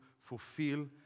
fulfill